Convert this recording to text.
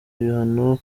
ibihano